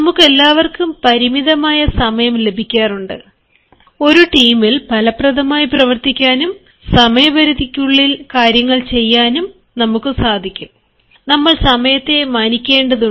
നമുക്കെല്ലാവർക്കും പരിമിതമായ സമയം ലഭിക്കാറുണ്ട് ഒരു ടീമിൽ ഫലപ്രദമായി പ്രവർത്തിക്കാനും സമയപരിധിക്ക് മുമ്പായി കാര്യങ്ങൾ ചെയ്യാനും നമുക്കെല്ലാവർക്കും നിശ്ചിത ഇടം ലഭിക്കും നമ്മൾ സമയത്തെ മാനിക്കേണ്ടതുണ്ട്